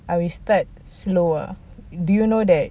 I will start slow ah do you know that